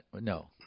No